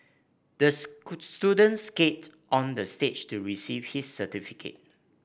the student skated onto the stage to receive his certificate